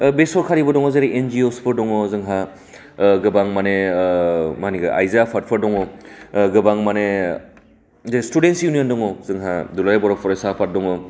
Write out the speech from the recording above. बे सरखारिबो दङ जेरै एनजिअ्सबो दङ जोंहा ओ गोबां माने ओ मानिग्रा आइजो आफादफोर दङ ओ गोबां मानि स्टुडेन्स इउनियन दङ जोंहा दुलाराय बर'फरायसा आफाद दङ